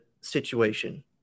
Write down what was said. situation